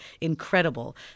incredible